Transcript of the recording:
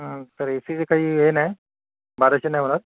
हं तर ए सीचे काही हे नाही बाराशे नाही होणार